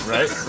Right